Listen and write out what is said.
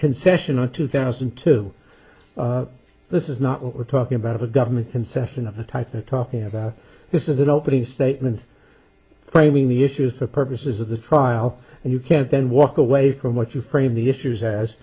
concessional two thousand and two this is not what we're talking about of a government concession of the type that talking about this is an opening statement claiming the issues for purposes of the trial and you can't then walk away from what you frame the issues as